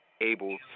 able